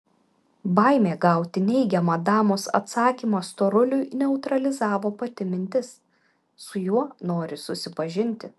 baimė gauti neigiamą damos atsakymą storuliui neutralizavo pati mintis su juo nori susipažinti